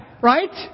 right